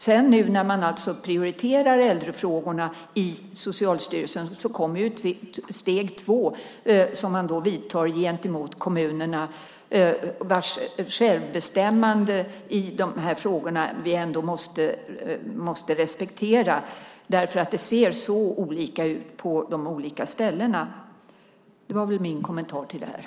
När nu Socialstyrelsen alltså prioriterar äldrefrågorna kommer steg två som man vidtar gentemot kommunerna vars självbestämmande i de här frågorna vi ändå måste respektera, eftersom det ser så olika ut på olika ställen. Det är min kommentar till detta.